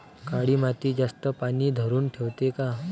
काळी माती जास्त पानी धरुन ठेवते का?